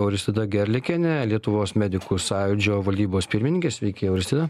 auristida gerliakienė lietuvos medikų sąjūdžio valdybos pirmininkė sveiki austrida